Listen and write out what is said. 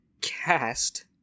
cast